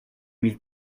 mille